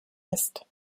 ist